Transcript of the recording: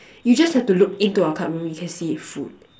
you just have to look into our club room you can see food